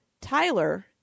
Tyler